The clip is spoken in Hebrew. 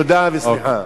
תודה וסליחה.